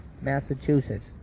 Massachusetts